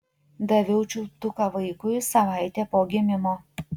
daviau čiulptuką vaikui savaitė po gimimo